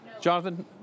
Jonathan